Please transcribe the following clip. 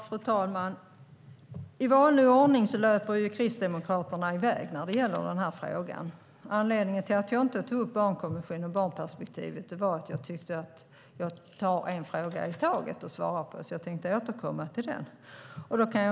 Fru talman! I vanlig ordning löper Kristdemokraterna i väg när det gäller den här frågan. Anledningen till att jag inte tog upp barnkonventionen och barnperspektivet var att jag tar en fråga i taget och svarar, så jag tänkte återkomma till den.